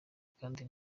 kandi